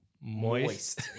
moist